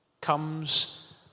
comes